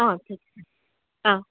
অ ঠিক আছে অ